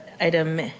item